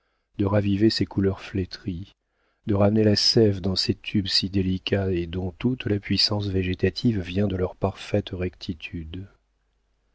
de raviver ces couleurs flétries de ramener la séve dans ces tubes si délicats et dont toute puissance végétative vient de leur parfaite rectitude